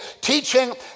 teaching